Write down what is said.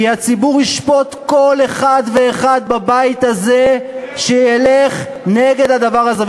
כי הציבור ישפוט כל אחד ואחד בבית הזה שילך נגד הדבר הזה.